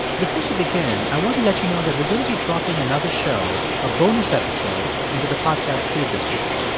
before we begin, i want to let you know that we're going to be dropping another show a bonus episode into the podcast feed this week.